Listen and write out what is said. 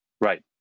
Right